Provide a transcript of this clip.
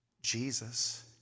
Jesus